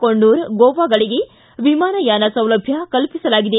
ಕೊಣ್ಣೂರ್ ಗೋವಾಗಳಿಗೆ ವಿಮಾನಯಾನ ಸೌಲಭ್ಯ ಕಲ್ಪಿಸಲಾಗಿದೆ